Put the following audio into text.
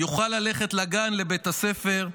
יוכל ללכת לגן, לבית הספר,